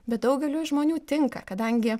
bet daugeliui žmonių tinka kadangi